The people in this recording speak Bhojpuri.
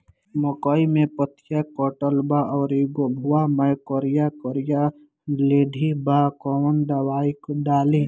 मकई में पतयी कटल बा अउरी गोफवा मैं करिया करिया लेढ़ी बा कवन दवाई डाली?